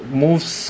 moves